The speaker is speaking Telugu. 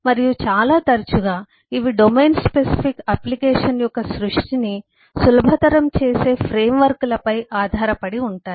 మరియు చాలా తరచుగా ఇవి డొమైన్ స్పెసిఫిక్ అప్లికేషన్ యొక్క సృష్టిని సులభతరం చేసే ఫ్రేమ్వర్క్లపై ఆధారపడి ఉంటాయి